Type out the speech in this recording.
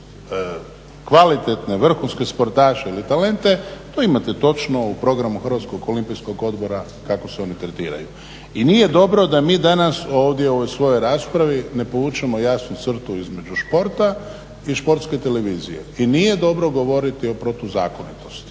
kvalitetne vrhunske sportaše ili talente to imate točno u programu Hrvatskoj olimpijskog odbora kako se oni tretiraju. I nije dobro da mi danas ovdje u ovoj svojoj raspravi ne povučemo jasnu crtu između športa i športske televizije. I nije dobro govoriti o protuzakonitosti